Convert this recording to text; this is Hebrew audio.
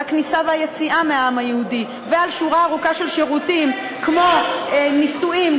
על הכניסה והיציאה מהעם היהודי ועל שורה ארוכה של שירותים כמו נישואין,